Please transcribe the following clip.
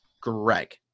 Greg